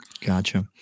Gotcha